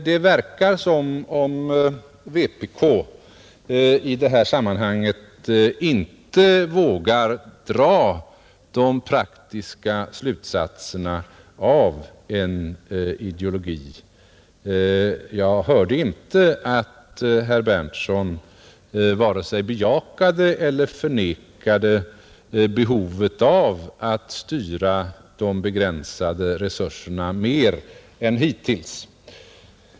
Det verkar som om vpk i det sammanhanget inte vågar dra de praktiska slutsatserna av en ideologi; jag hörde inte att herr Berndtson förnekade behovet av att styra de begränsade resurserna mer än hittills.